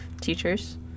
teachers